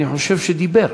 אני חושב שדיבר.